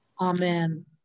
Amen